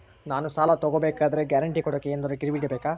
ನಾನು ಸಾಲ ತಗೋಬೇಕಾದರೆ ಗ್ಯಾರಂಟಿ ಕೊಡೋಕೆ ಏನಾದ್ರೂ ಗಿರಿವಿ ಇಡಬೇಕಾ?